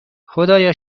خدایا